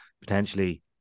potentially